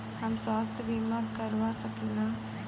हम स्वास्थ्य बीमा करवा सकी ला?